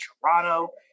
Toronto